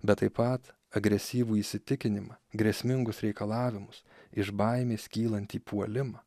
bet taip pat agresyvų įsitikinimą grėsmingus reikalavimus iš baimės kylantį puolimą